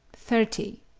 thirty.